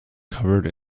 covered